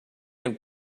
can